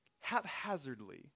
haphazardly